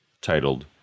titled